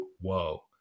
whoa